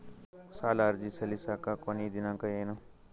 ಸಾಲ ಅರ್ಜಿ ಸಲ್ಲಿಸಲಿಕ ಕೊನಿ ದಿನಾಂಕ ಏನು?